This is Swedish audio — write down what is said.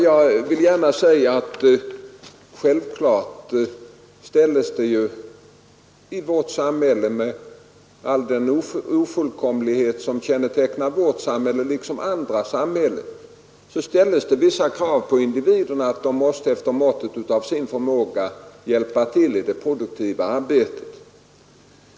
Jag vill gärna säga att i vårt samhälle, med all den ofullkomlighet som kännetecknar detta liksom andra samhällen, ställs det självklart vissa krav på individerna att de måste efter måttet av sin förmåga hjälpa till i det produktiva arbetet.